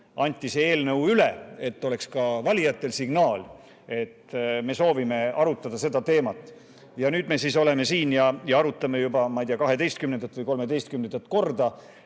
anti see eelnõu üle, et oleks ka valijatele signaal, et me soovime arutada seda teemat. Ja nüüd me oleme siin ja arutame juba, ma ei tea, 12. või 13. korda